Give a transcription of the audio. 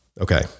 Okay